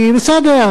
כי בסדר,